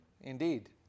Indeed